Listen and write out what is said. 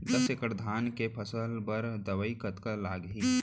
दस एकड़ धान के फसल बर दवई कतका लागही?